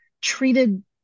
treated